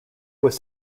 was